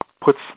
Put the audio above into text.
puts